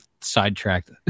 sidetracked